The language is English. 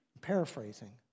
Paraphrasing